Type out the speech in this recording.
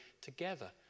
together